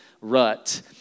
rut